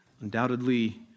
undoubtedly